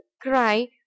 cry